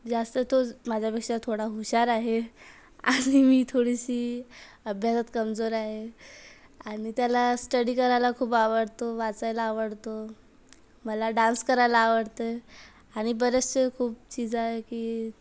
जास्त तोच माझ्यापेक्षा थोडा हुशार आहे आणि मी थोडीशी अभ्यासात कमजोर आहे आणि त्याला स्टडी करायला खूप आवडतो वाचायला आवडतो मला डान्स करायला आवडतं आणि बरेचसे खूप चीजं आहे की